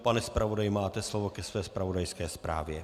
Pane zpravodaji, máte slovo ke své zpravodajské zprávě.